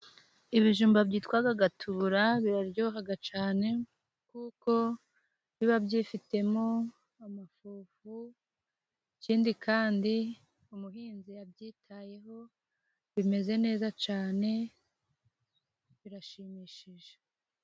Ibijumba byitwa gatura biraryoha cyane, kuko biba byifitemo amafufu ikindi kandi umuhinzi yabyitayeho, bimeze neza cyane birashimishije.